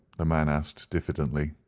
the man asked diffidently.